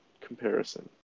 comparison